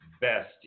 Best